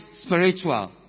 spiritual